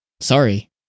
Sorry